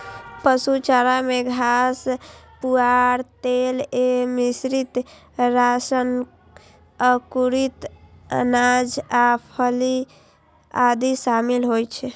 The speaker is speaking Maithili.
पशु चारा मे घास, पुआर, तेल एवं मिश्रित राशन, अंकुरित अनाज आ फली आदि शामिल होइ छै